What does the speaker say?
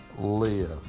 live